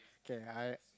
okay I